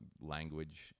language